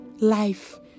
life